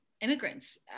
immigrants